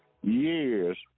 years